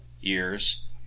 years